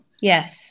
Yes